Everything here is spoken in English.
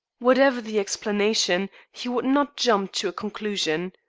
whatever the explanation, he would not jump to a conclusion.